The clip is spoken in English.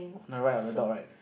on the right of the dog right